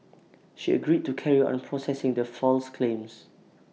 she agreed to carry on processing the false claims